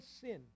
sin